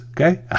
Okay